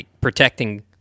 protecting